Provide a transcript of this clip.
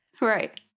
Right